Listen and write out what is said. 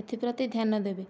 ଏଥିପ୍ରତି ଧ୍ୟାନ ଦେବେ